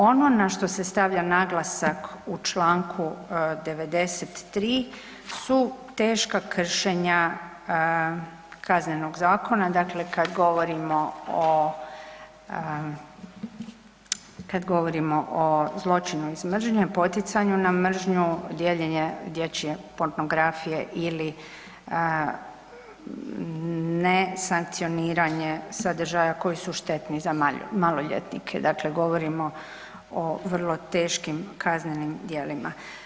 Ono na što se stavlja naglasak u čl. 93. su teška kršenja Kaznenog zakona, dakle kad govorimo o, kad govorimo o zločinu iz mržnje, poticanju na mržnju, dijeljenje dječje pornografije ili nesankcioniranje sadržaja koji su štetni za maloljetnike, dakle govorimo o vrlo teškim kaznenim djelima.